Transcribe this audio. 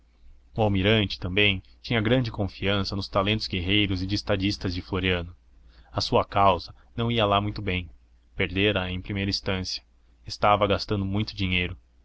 o almirante também tinha grande confiança nos talentos guerreiros e de estadista de floriano a sua causa não ia lá muito bem perdera a em primeira instância estava gastando muito dinheiro